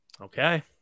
Okay